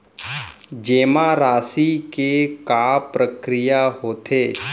जेमा राशि के का प्रक्रिया होथे?